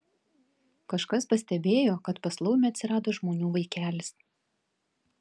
kažkas pastebėjo kad pas laumę atsirado žmonių vaikelis